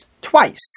twice